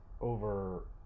over